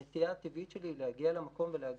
הנטייה הטבעית שלי היא להגיע למקום ולהגיד: